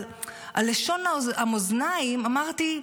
אבל על לשון המאזניים אמרתי: